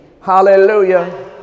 Hallelujah